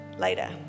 later